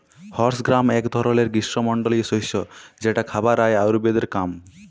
horse gram এক ধরলের গ্রীস্মমন্ডলীয় শস্য যেটা খাবার আর আয়ুর্বেদের কাম